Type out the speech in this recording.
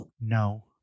No